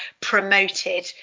promoted